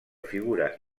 figura